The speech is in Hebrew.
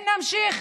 אם נמשיך